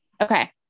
Okay